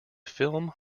film